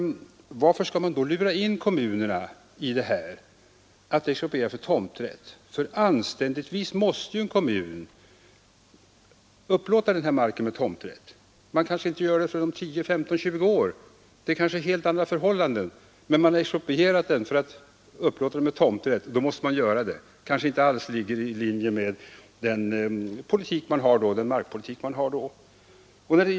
Varför skall man då lura in kommunerna i att expropriera för tomträtt? Anständigtvis måste en kommun då upplåta marken med tomträtt. Man kanske inte gör detta förrän om 10, 15, 20 år. Det är kanske helt andra förhållanden som råder, men har man exproprierat för att upplåta den med tomträtt, måste man göra det. Det kanske inte alls ligger i linje med den markpolitik man då har.